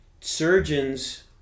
Surgeons